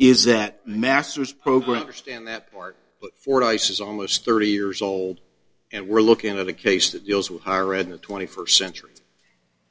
is that masters program understand that part for ice is almost thirty years old and we're looking at a case that deals with higher end the twenty first century